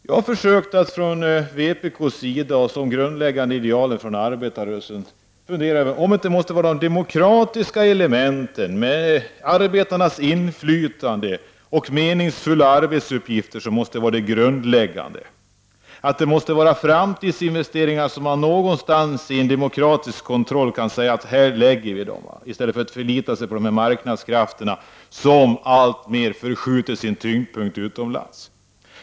Jag har från vpk:s synpunkt och med tanke på arbetarrörelsens ideal funderat över om det inte är de demokratiska elementen, med arbetarnas inflytande och meningsfulla arbetsuppgifter, som måste vara det grundläggande. Man måste någonstans i en demokratisk kontroll säga att här skall framtidsinvesteringarna göras — i stället för att förlita sig på marknadskrafterna, som alltmer förskjuter sin tyngdpunkt utomlands.